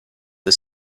the